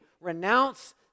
renounce